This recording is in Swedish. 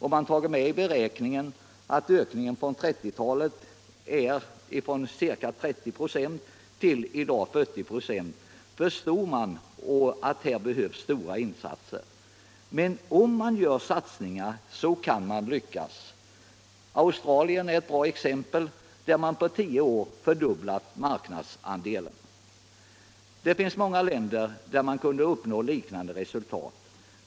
Om man tar med i beräkningen att exportandelen från 1930 talet har ökat från 30 96 till nuvarande 40 96, förstår var och en att det behövs stora insatser. Men om man gör satsningar kan man lyckas. Australien är ett bra exempel, där man på tio år har fördubblat marknadsandelen. I många länder skulle man kunna uppnå liknande resultat.